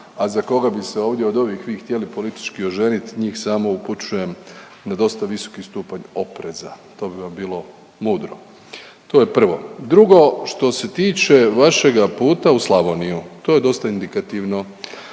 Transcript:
a za koga bi se ovdje od ovih vi htjeli politički oženiti njih samo upućujem na dosta visoki stupanj opreza. To bi vam bilo mudro. To je prvo. Drugo što se tiče vašega puta u Slavoniju to je dosta indikativno.